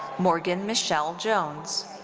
morgan michele jones.